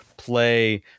play